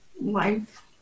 life